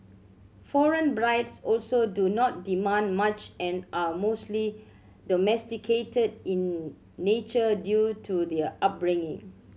foreign brides also do not demand much and are mostly domesticated in nature due to their upbringing